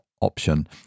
option